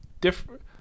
different